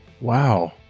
Wow